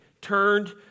turned